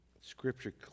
Scripture